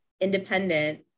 independent